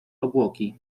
obłoki